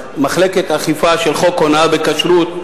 מחלקת אכיפה של חוק הונאה בכשרות,